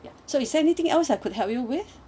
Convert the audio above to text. ya so is anything else I could help you with